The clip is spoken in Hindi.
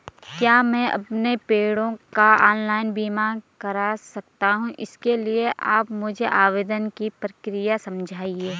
क्या मैं अपने पेड़ों का ऑनलाइन बीमा करा सकता हूँ इसके लिए आप मुझे आवेदन की प्रक्रिया समझाइए?